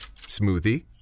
Smoothie